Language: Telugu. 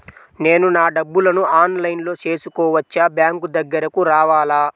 నేను నా డబ్బులను ఆన్లైన్లో చేసుకోవచ్చా? బ్యాంక్ దగ్గరకు రావాలా?